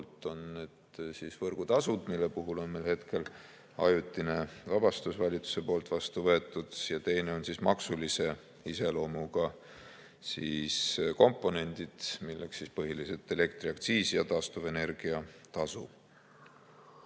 võrgutasud, mille puhul on meil valitsus hetkel ajutise vabastuse vastu võtnud, ja teine on maksulise iseloomuga komponendid, milleks on põhiliselt elektriaktsiis ja taastuvenergia tasu.